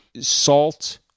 salt